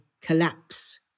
collapse